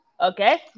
Okay